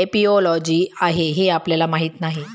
apiology आहे हे आपल्याला माहीत नाही